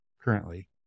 currently